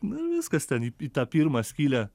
nu ir viskas ten į pi į tą pirmą skylę